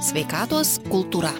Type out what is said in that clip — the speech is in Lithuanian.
sveikatos kultūra